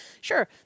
Sure